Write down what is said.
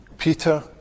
Peter